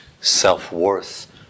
self-worth